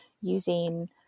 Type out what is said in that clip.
using